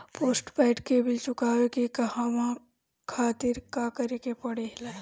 Postpaid के bill चुकावे के कहवा खातिर का करे के पड़ें ला?